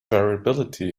variability